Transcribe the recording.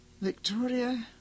Victoria